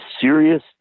serious